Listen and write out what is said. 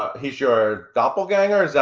he's your doppelganger,